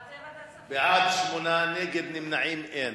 בעד, 8, נגד ונמנעים, אין.